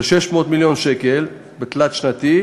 של 600 מיליון שקל בתלת-שנתי,